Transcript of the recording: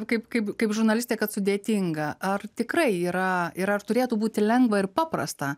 kaip kaip žurnalistė kad sudėtinga ar tikrai yra yra ir ar turėtų būti lengva ir paprasta